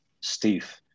Steve